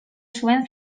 zuen